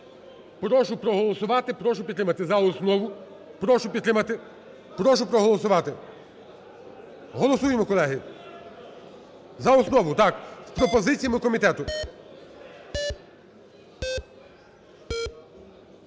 Прошу проголосувати, прошу підтримати за основу. Прошу підтримати, прошу проголосувати. Голосуємо, колеги. За основу, так, з пропозиціями комітету.